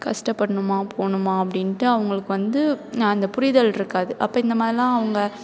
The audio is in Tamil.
கஷ்ட படணுமா போகணுமா அப்படின்ட்டு அவங்களுக்கு வந்து நான் இந்த புரிதல் இருக்காது அப்போ இந்த மாதிரிலாம் அவங்க